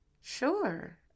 Sure